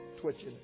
twitching